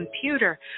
computer